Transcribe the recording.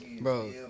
Bro